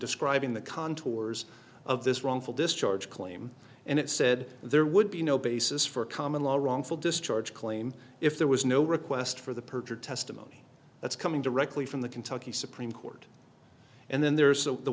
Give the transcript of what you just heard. describing the contours of this wrongful discharge claim and it said there would be no basis for common law a wrongful discharge claim if there was no request for the perjured testimony that's coming directly from the kentucky supreme court and then there is so the